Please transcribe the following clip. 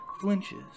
flinches